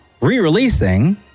re-releasing